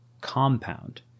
compound